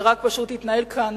ורק פשוט התנהל כאן